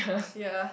ya